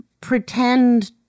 pretend